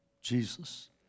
Jesus